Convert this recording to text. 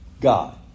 God